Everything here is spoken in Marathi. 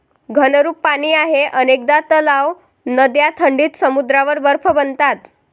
घनरूप पाणी आहे अनेकदा तलाव, नद्या थंडीत समुद्रावर बर्फ बनतात